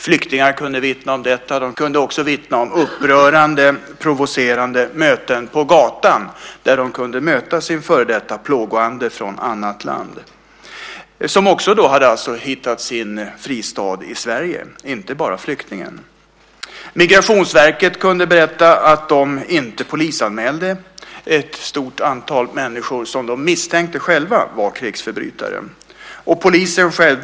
Flyktingar kunde vittna om detta. De kunde också vittna om upprörande provocerande möten på gatan där de kunde möta sin före detta plågoande från annat land, som alltså också hade hittat sin fristad i Sverige, inte bara flyktingen. Migrationsverket kunde berätta att de inte polisanmälde ett stort antal människor som de själva misstänkte var krigsförbrytare.